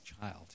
child